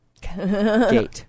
Gate